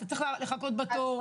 אתה צריך לחכות בתור.